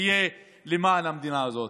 נחיה למען המדינה הזאת.